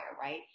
right